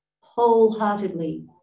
wholeheartedly